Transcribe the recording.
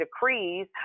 Decrees